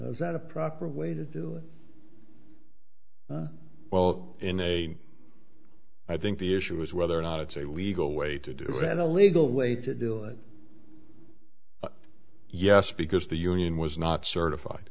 was that a proper way to do it well in name i think the issue is whether or not it's a legal way to do that a legal way to do it yes because the union was not certified